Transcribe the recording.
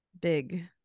big